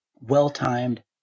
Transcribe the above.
well-timed